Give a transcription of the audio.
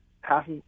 half